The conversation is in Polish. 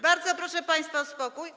Bardzo proszę państwa o spokój.